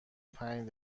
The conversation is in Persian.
پنج